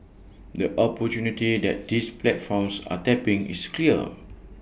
the opportunity that these platforms are tapping is clear